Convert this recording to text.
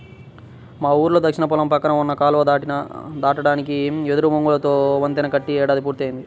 మా ఊరిలో దక్షిణ పొలం పక్కన ఉన్న కాలువ దాటడానికి వెదురు బొంగులతో వంతెన కట్టి ఏడాది పూర్తయ్యింది